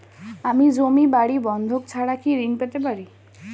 আমি জমি বাড়ি বন্ধক ছাড়া কি ঋণ পেতে পারি?